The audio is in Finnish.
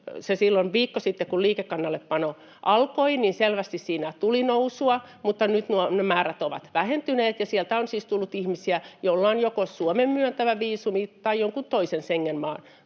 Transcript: viikko sitten, kun liikekannallepano alkoi, selvästi siinä tuli nousua, mutta nyt ne määrät ovat vähentyneet, ja sieltä on siis tullut ihmisiä, joilla on joko Suomen myöntämä viisumi tai jonkun toisen Schengen-maan